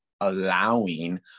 allowing